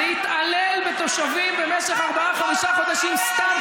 להתעלל בתושבים במשך ארבעה-חמישה חודשים סתם,